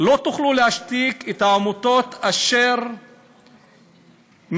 לא תוכלו להשתיק את העמותות אשר מטפלות